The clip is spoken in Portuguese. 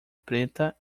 preta